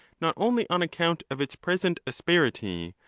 not only on account of its present asperity,